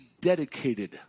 dedicated